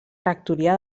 rectoria